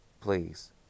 Please